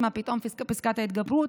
מה פתאום פסקת ההתגברות?